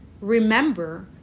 remember